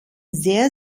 sehr